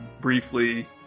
briefly